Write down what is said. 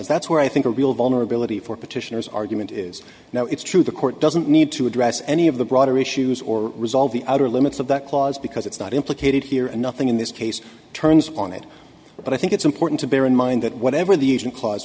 that's where i think a real vulnerability for petitioners argument is now it's true the court doesn't need to address any of the broader issues or resolve the outer limits of that clause because it's not implicated here and nothing in this case turns on it but i think it's important to bear in mind that whatever the agent cla